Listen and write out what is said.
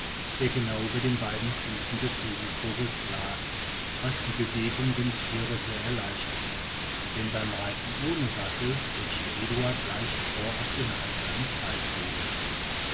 der genau über den beiden füßen des riesenvogels lag was die bwegungen dem tiere sehr erleichterte denn beim reiten ohne sattel rutschte eduard leicht vor auf den hals seines